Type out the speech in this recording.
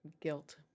guilt